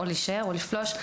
או לפלוש,